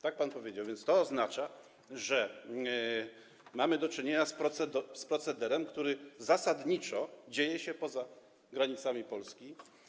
Tak pan powiedział, więc to oznacza, że mamy do czynienia z procederem, który zasadniczo jest dokonywany poza granicami Polski.